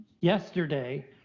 yesterday